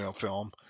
film